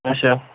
اچھا